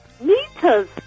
Meters